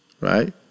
right